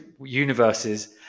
universes